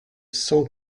cent